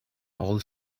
old